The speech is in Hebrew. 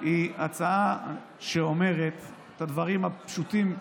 היא הצעה שאומרת את הדברים הפשוטים,